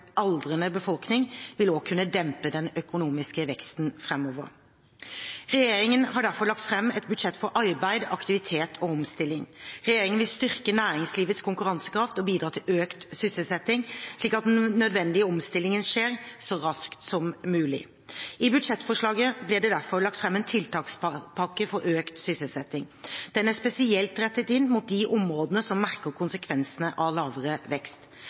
aldrende befolkning vil også kunne dempe den økonomiske veksten framover. Regjeringen har derfor lagt fram et budsjett for arbeid, aktivitet og omstilling. Regjeringen vil styrke næringslivets konkurransekraft og bidra til økt sysselsetting, slik at den nødvendige omstillingen skjer så raskt som mulig. I budsjettforslaget ble det derfor lagt fram en tiltakspakke for økt sysselsetting. Den er spesielt rettet inn mot de områdene som merker konsekvensene av lavere vekst.